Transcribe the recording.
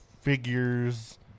figures